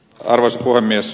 arvoisa puhemies